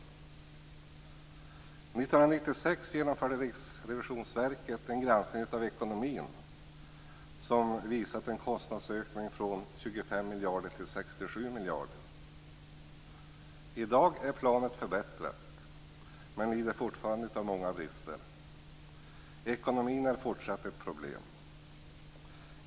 1996 genomförde Riksrevisionsverket en granskning av ekonomin, som visade en kostnadsökning från 25 I dag är planet förbättrat men lider fortfarande av många brister. Ekonomin är fortsatt ett problem.